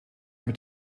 mit